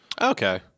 Okay